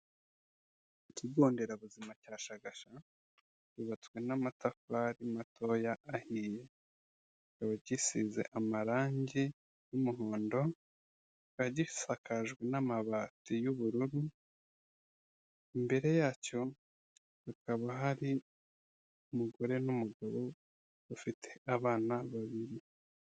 Ikigo nderabuzima cya shagasha cyubatswe n'amatafari matoya ahiye gisize amarangi y,umuhondo kikaba gisakajwe n'amabati y'ubururu imbere yacyo hakaba hari umugore nu mugabo bafite abana babiri.